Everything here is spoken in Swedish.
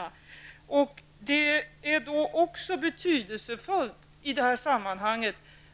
I sammanhanget är det också betydelsefullt